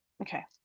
okay